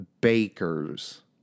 bakers